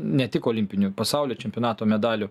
ne tik olimpinių pasaulio čempionato medalių